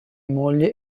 moglie